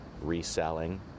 reselling